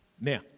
Now